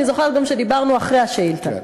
אני זוכרת גם שדיברנו אחרי השאילתה.